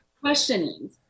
Questioning